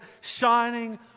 shining